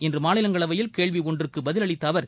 இன்று மாநிலங்களவையில் கேள்வி ஒன்றுக்கு பதிலளித்த அவர்